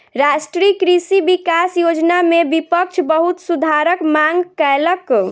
राष्ट्रीय कृषि विकास योजना में विपक्ष बहुत सुधारक मांग कयलक